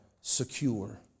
secure